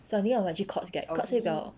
so I'm thinking like 去 courts get courts 会比较